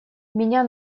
меня